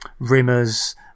Rimmers